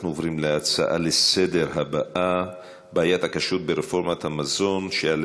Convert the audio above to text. אנחנו עוברים להצעות הבאות לסדר-היום: בעיית הכשרות ברפורמת המזון,